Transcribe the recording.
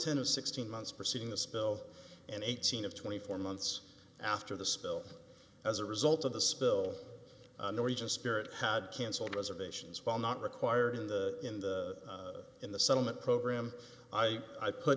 of sixteen months preceding the spill and eighteen of twenty four months after the spill as a result of the spill norwegian spirit had cancelled reservations while not required in the in the in the settlement program i i put